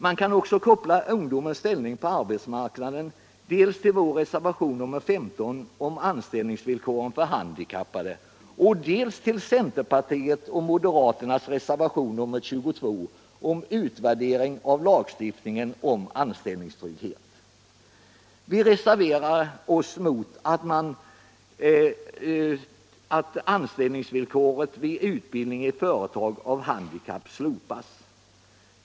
Man kan också koppla ungdomens ställning på arbetsmarknaden dels till vår reservation nr 15 om anställningsvillkoret för handikappade, dels till centerpartiets och moderaternas reservation nr 22 om utvärdering av lagstiftningen om anställningstrygghet. Vi reserverar oss mot att anställningsvillkoret vid utbildning i företag av handikappade slopas.